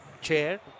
chair